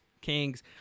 Kings